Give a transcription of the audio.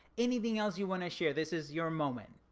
anything else you want to share? this is your moment.